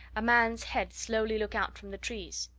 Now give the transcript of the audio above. a man's head slowly look out from the trees.